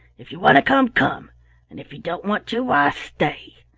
if you want to come, come and if you don't want to, why, stay,